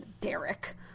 Derek